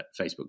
Facebook